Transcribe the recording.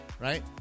right